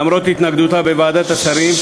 למרות התנגדותה בוועדת השרים,